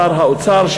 שר האוצר,